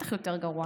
בטח יותר גרוע,